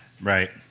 Right